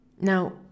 Now